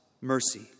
mercy